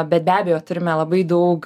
bet be abejo turime labai daug